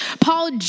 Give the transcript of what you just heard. Paul